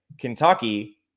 Kentucky